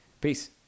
Peace